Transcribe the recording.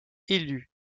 élu